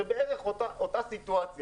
זה בערך אותה סיטואציה.